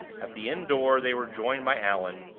at the inn door they were joined by allan,